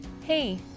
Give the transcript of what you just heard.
Hey